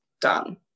done